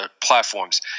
platforms